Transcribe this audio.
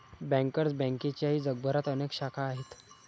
bankers बँकेच्याही जगभरात अनेक शाखा आहेत